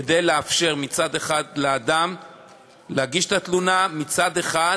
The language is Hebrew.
כדי לאפשר מצד אחד לאדם להגיש את התלונה, מצד אחר,